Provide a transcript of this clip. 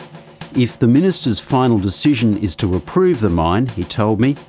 if the minister's final decision is to approve the mine, he told me,